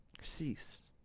Cease